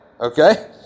okay